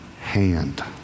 hand